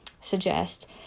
suggest